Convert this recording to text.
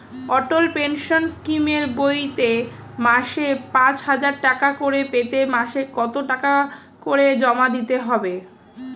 অটল pension স্কিমের বইতে মাসে পাঁচ হাজার টাকা করে পেতে মাসে কত টাকা করে জমা দিতে হবে?